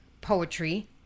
poetry